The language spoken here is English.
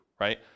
right